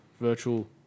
virtual